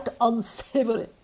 unsavory